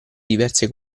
diverse